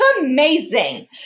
amazing